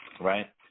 right